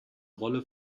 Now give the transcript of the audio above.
rolle